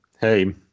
hey